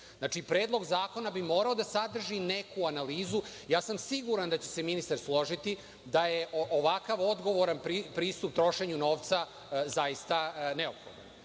predlog zakona bi morao da sadrži neku analizu. Siguran sam da će se ministar složiti da je ovakav odgovoran pristup trošenju novca zaista neophodan. Znači,